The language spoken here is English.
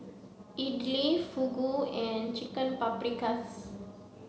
Idili Fugu and Chicken Paprikas